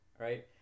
right